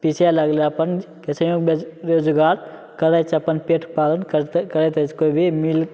पीसे लगलै अपन कैसेहु रोजगार करै छै अपन पेट पालन करतै करैत रहै छै कोइ भी मील